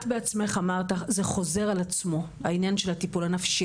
את בעצמך אמרת זה חוזר על עצמו העניין של הטיפול הנפשי